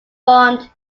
bond